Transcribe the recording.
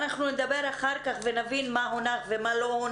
אנחנו נדבר אחר-כך ונבין מה הונח ומה לא,